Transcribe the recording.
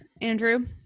Andrew